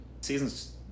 seasons